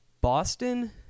Boston